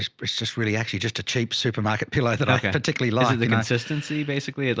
just, it's just really actually just a cheap supermarket pillow that i particularly liked the consistency basically. i'd